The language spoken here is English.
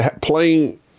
playing